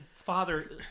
father